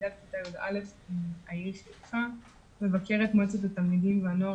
תלמידת כיתה י"א --- מבקרת מועצת התלמידים והנוער